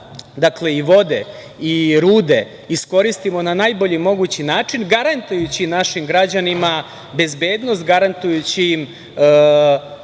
dakle, i vode, i rude, iskoristimo na najbolji mogući način, garantujući našim građanima bezbednost, garantujući im